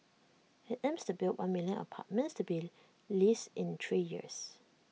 IT aims to build one million apartments to be leased in three years